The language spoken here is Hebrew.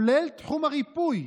כולל תחום הריפוי